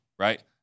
right